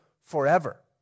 forever